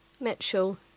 Mitchell